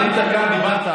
עלית לכאן, דיברת.